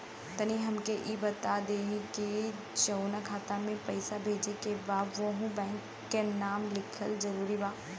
तनि हमके ई बता देही की जऊना खाता मे पैसा भेजे के बा ओहुँ बैंक के नाम लिखल जरूरी बा?